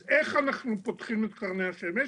אז איך אנחנו פותחים את קרני השמש?